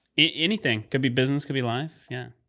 anything could be business, could be life. yeah,